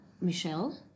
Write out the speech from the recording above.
Michelle